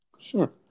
Sure